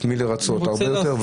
את מי לרצות הרבה יותר.